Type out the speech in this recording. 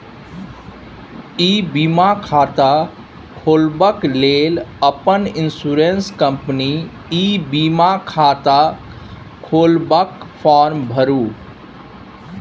इ बीमा खाता खोलबाक लेल अपन इन्स्योरेन्स कंपनीक ई बीमा खाता खोलबाक फार्म भरु